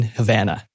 Havana